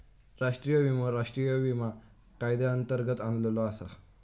राष्ट्रीय विमो राष्ट्रीय विमा कायद्यांतर्गत आणलो आसा